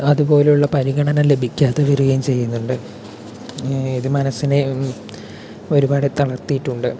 അതുപോലുള്ള പരിഗണന ലഭിക്കാതെ വരികയും ചെയ്യുന്നുണ്ട് ഇത് മനസ്സിനെ ഒരുപാട് തളർത്തിയിട്ടുണ്ട്